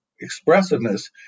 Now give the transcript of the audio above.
expressiveness